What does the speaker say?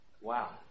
Wow